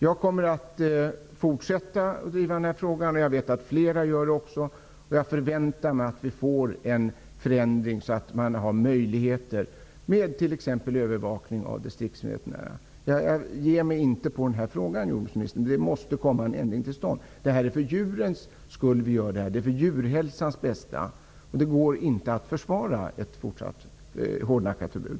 Jag kommer att fortsätta att driva den här frågan. Jag vet att många andra också kommer att göra det. Jag förväntar mig att vi får en förändring till stånd så att det blir möjligt med t.ex. övervakning av distriktsveterinärerna. Jag ger mig inte i den här frågan, jordbruksministern. En ändring måste komma till stånd. Vi gör det här för djurens skull och för djurhälsans bästa. Det går inte att försvara ett fortsatt hårdnackat förbud.